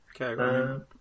Okay